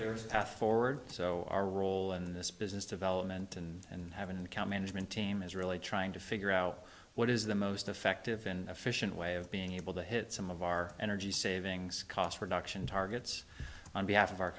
path forward so our role in this business development and having an account management team is really trying to figure out what is the most effective in efficient way of being able to hit some of our energy savings cost reduction targets on behalf of our